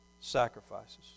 sacrifices